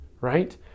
right